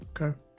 Okay